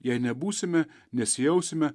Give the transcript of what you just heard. jei nebūsime nesijausime